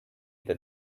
that